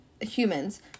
humans